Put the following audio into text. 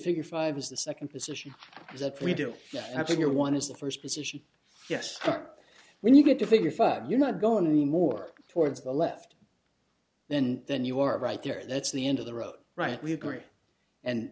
figure five is the second position is that we do have figure one is the first position yes but when you get to figure five you're not going more towards the left then than you are right there that's the end of the road right we agree and